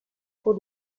pour